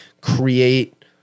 create